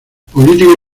político